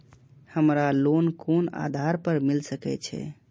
हमरा लोन कोन आधार पर मिल सके छे?